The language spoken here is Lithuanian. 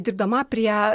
dirbdama prie